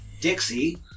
Dixie